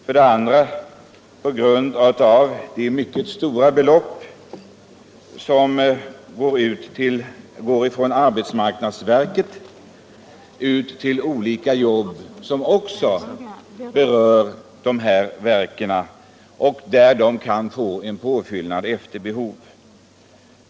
För det andra går mycket stora belopp från arbetsmarknadsverket ut till olika jobb som också berör kommunikationsverken, och där de kan få påfyllnad efter behov.